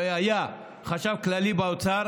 שהיה החשב הכללי באוצר